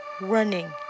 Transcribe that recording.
running